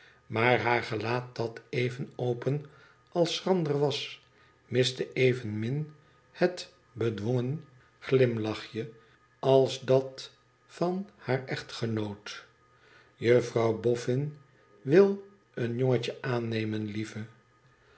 maar haar gelaat dat even open als schrander was miste evenmin het bedwongen glimlachje als dat van haar echtgenoot juffrouw bofün wil een jongetje aannemen lieve